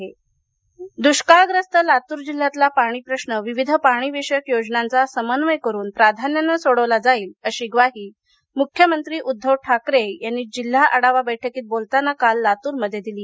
पाणी लातर दुष्काळग्रस्त लातूर जिल्ह्यातला पाणी प्रश्न विविध पाणी विषयक योजनांचा समन्वय करुन प्राधान्यानं सोडविला जाईल अशी ग्वाही मुख्यमंत्री उद्दव ठाकरे यांनी जिल्हा आढावा बस्कीत बोलताना काल लातूर्मध्ये दिली